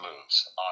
moves